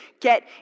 get